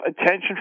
attention